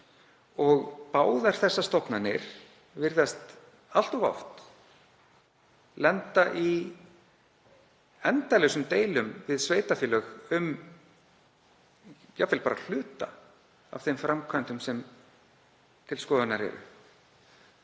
og báðar þessar stofnanir virðast allt of oft lenda í endalausum deilum við sveitarfélög, jafnvel bara um hluta af þeim framkvæmdum sem til skoðunar eru.